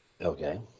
Okay